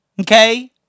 Okay